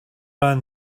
ran